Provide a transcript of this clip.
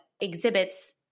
exhibits